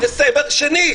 "יהיה סגר שני",